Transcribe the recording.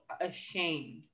ashamed